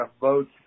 votes